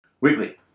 Weekly